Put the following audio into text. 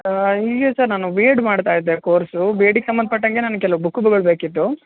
ಹೀಗೆ ಸರ್ ನಾನು B Ed ಮಾಡ್ತಾ ಇದ್ದೆ ಕೋರ್ಸು ಬಿ ಎಡ್ಡಿಗೆ ಸಂಬಂಧಪಟ್ಟಂಗೆ ನನ್ಗೆ ಕೆಲವು ಬುಕ್ಕುಗಳು ಬೇಕಿತ್ತು